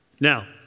Now